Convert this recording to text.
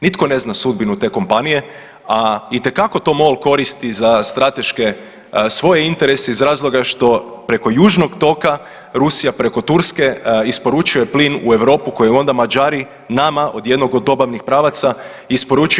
Nitko ne zna sudbinu te kompanije, a itekako MOL to koristi za strateške svoje interese iz razloga što preko južnog toka Rusija preko Turske isporučuje plin u Europu koju onda Mađari nama jednom od dobavnih pravaca isporučuju.